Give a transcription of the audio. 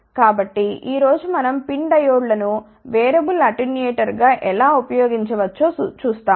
కాబట్టి ఈ రోజు మనం PIN డయోడ్ లను వేరియబుల్ అటెన్యూయేటర్గా ఎలా ఉపయోగించవచ్చో చూస్తాము